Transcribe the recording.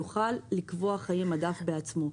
יוכל לקבוע חיי מדף בעצמו.